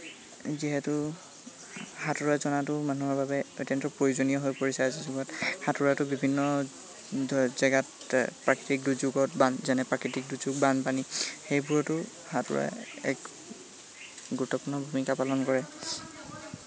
যিহেতু সাঁতোৰা জনাতো মানুহৰ বাবে অত্যন্ত প্ৰয়োজনীয় হৈ পৰিছে আজিৰ যুগত সাঁতোৰাটো বিভিন্ন জেগাত প্ৰাকৃতিক দুৰ্যোগত বান যেনে প্ৰাকৃতিক দুৰ্যোগ বানপানী সেইবোৰতো সাঁতোৰা এক গুৰুত্বপূৰ্ণ ভূমিকা পালন কৰে